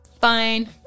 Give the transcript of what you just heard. fine